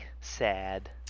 Sad